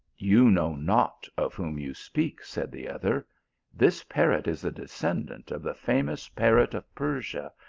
you know not of whom you speak, said the other this parrot is a descendant of the famous parrot of persia,